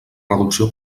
reducció